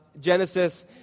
Genesis